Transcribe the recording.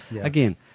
again